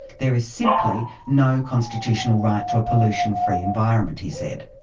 there is simply no constitutional right to a pollution-free environment, he said.